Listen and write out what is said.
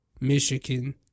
Michigan